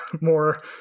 more